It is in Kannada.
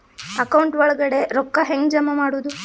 ಅಕೌಂಟ್ ಒಳಗಡೆ ರೊಕ್ಕ ಹೆಂಗ್ ಜಮಾ ಮಾಡುದು?